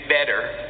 better